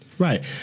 Right